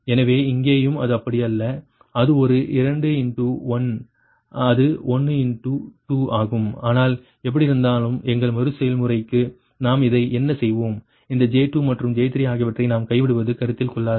எனவே இங்கேயும் அது அப்படியல்ல அது ஒரு 2 இன்டு 1 அது 1 இன்டு 2 ஆகும் ஆனால் எப்படியிருந்தாலும் எங்கள் மறுசெயல்முறைக்கு நாம் இதை என்ன செய்வோம் இந்த J2 மற்றும் J3 ஆகியவற்றை நாம் கைவிடுவது கருத்தில் கொள்ளாது